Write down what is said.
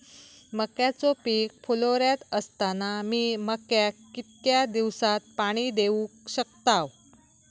मक्याचो पीक फुलोऱ्यात असताना मी मक्याक कितक्या दिवसात पाणी देऊक शकताव?